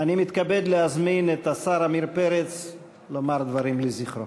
אני מתכבד להזמין את השר עמיר פרץ לומר דברים לזכרו.